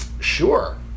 sure